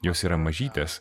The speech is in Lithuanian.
jos yra mažytės